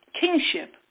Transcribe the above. kingship